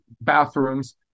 bathrooms